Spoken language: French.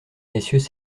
messieurs